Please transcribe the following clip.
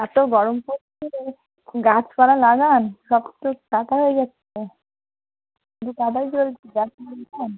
এত গরম পড়ছে গাছপালা লাগান সব তো কাটা হয়ে যাচ্ছে শুধু কাটাই চলছে গাছপালা লাগান